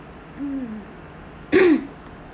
mm